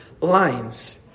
lines